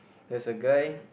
there's a guy